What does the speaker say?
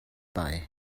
bei